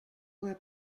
were